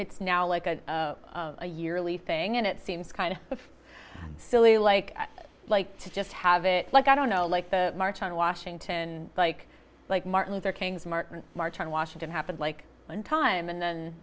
it's now like a a yearly thing and it seems kind of silly like like to just have it like i don't know like the march on washington like like martin luther king's martin march on washington happened like one time and then